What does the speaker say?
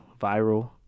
Viral